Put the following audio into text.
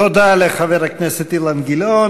תודה לחבר הכנסת אילן גילאון.